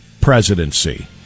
presidency